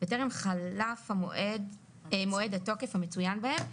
וטרם חלף מועד התוקף המצויין בהם.